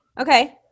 Okay